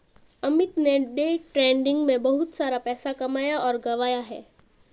अमित ने day trading में बहुत सारा पैसा कमाया और गंवाया है